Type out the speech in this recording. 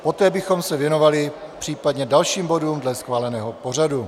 Poté bychom se věnovali případně dalším bodům dle schváleného pořadu.